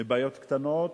מבעיות קטנות,